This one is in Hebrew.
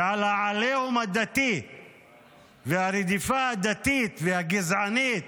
ועל העליהום הדתי והרדיפה הדתית והגזענית,